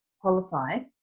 qualified